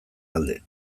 alde